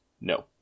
No